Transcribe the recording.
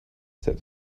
said